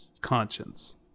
Conscience